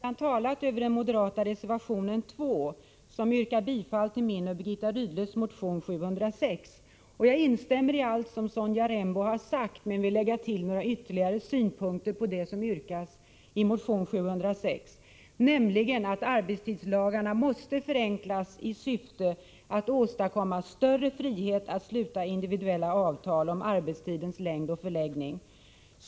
Herr talman! Sonja Rembo har redan talat om den moderata reservation 2, där min och Birgitta Rydles motion 1983/84:706 tillstyrks. Jag instämmer i allt som Sonja Rembo har sagt men vill lägga till några ytterligare synpunkter på det som yrkas i motion 706, nämligen att arbetstidslagarna måste förenklas i syfte att åstadkomma större frihet för parterna att sluta individuella avtal om arbetstidens längd och förläggning.